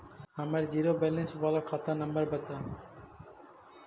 हमर zero balance बाला खाता नम्बर बत?